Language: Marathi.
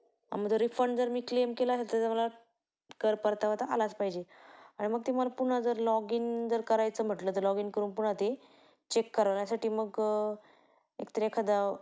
आणि मग जर रिफंड जर मी क्लेम केला तर मला कर परतावा तर आलाच पाहिजे आणि मग ती मला पुन्हा जर लॉग इन जर करायचं म्हटलं तर लॉग इन करून पुन्हा ते चेक करण्यासाठी मग एकतर एखादा